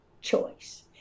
choice